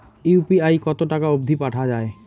UPI কতো টাকা অব্দি পাঠা যায়?